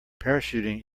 parachuting